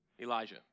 Elijah